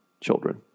children